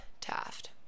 Taft